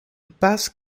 paz